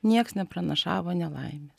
nieks nepranašavo nelaimė